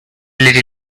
little